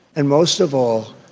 and most of all,